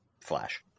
flash